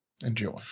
enjoy